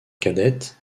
cadette